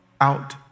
out